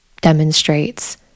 demonstrates